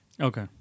Okay